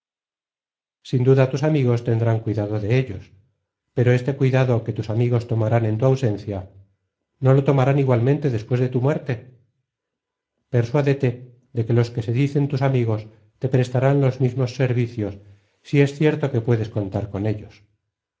sin duda tus amigos tendrán cuidado de ellos pero este cuidado que tus amigos tomarán en tu ausencia no lo tomarán igualmente después de tu muerte persuádete de que los que se dicen tus amigos te prestarán los mismos servicioa si es cierto que puedes contar con ellos